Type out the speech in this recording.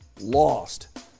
lost